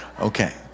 Okay